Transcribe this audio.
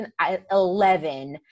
2011